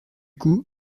coup